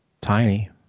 tiny